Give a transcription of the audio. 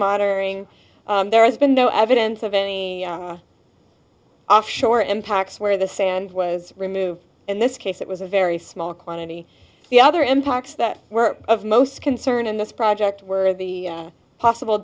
modernizing there has been no evidence of any offshore impacts where the sand was removed in this case it was a very small quantity the other impacts that were of most concern in this project were the possible